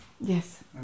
yes